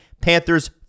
Panthers